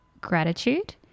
gratitude